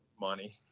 money